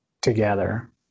together